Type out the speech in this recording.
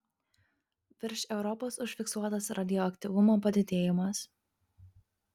virš europos užfiksuotas radioaktyvumo padidėjimas